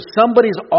somebody's